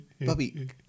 Bobby